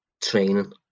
training